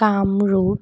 Kamrup